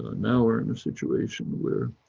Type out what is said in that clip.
ah now we're in a situation where